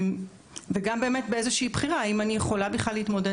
וגם בבחירה האם אני יכול בכלל להתמודד